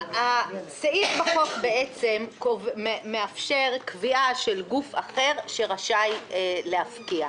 הסעיף בחוק בעצם מאפשר קביעה של "גוף אחר" שרשאי להפקיע.